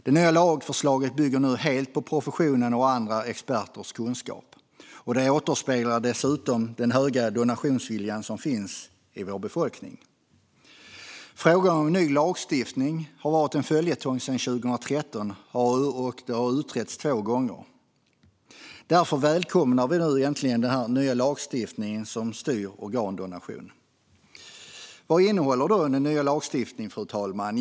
Det nya lagförslaget bygger nu helt på professionens och andra experters kunskap, och det återspeglar dessutom den höga donationsvilja som finns i vår befolkning. Frågan om ny lagstiftning har varit en följetong sedan 2013 och har utretts två gånger. Därför välkomnar vi nu äntligen den nya lagstiftning som styr organdonation. Vad innehåller då den nya lagstiftningen?